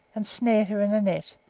and snared her in a net,